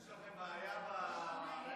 יש לכם בעיה במערכת.